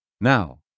Now